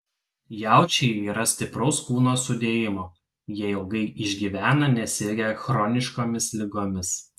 jaučiai yra stipraus kūno sudėjimo jie ilgai išgyvena nesirgę chroniškomis ligomis